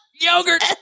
yogurt